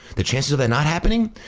the chances of that not happening,